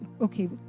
okay